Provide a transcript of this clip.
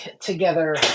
together